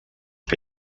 que